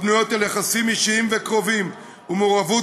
הבנויות על יחסים אישיים וקרובים ומעורבות